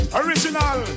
original